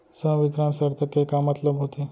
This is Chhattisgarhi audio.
संवितरण शर्त के का मतलब होथे?